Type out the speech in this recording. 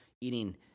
eating